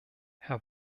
herr